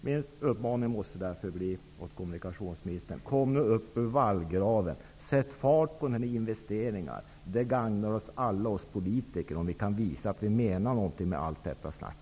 Min uppmaning till kommunikationsministern måste därför bli: Kom nu upp ur vallgraven! Sätt fart på investeringarna! Det gagnar alla politiker om ni kan visa att ni menar något med allt ert snack.